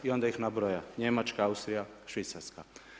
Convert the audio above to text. I onda ih nabraja: Njemačka, Austrija, Švicarska.